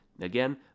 again